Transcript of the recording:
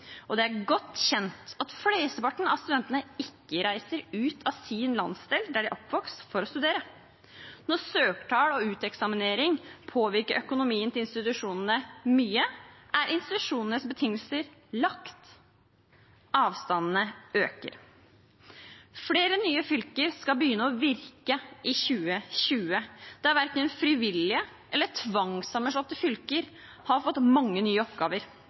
og det er godt kjent at flesteparten av studentene ikke reiser ut av den landsdelen der de er oppvokst, for å studere. Når søkertall og uteksaminering påvirker økonomien til institusjonene mye, er institusjonenes betingelser lagt. Avstandene øker. Flere nye fylker skal begynne å virke i 2020, der verken frivillig sammenslåtte eller tvangssammenslåtte fylker har fått mange nye oppgaver.